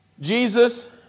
Jesus